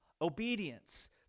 obedience